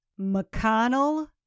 McConnell